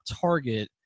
target